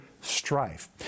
strife